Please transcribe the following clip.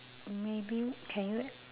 maybe can you